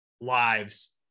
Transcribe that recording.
lives